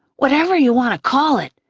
whatever you want to call it,